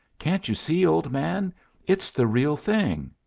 can't you see, old man it's the real thing!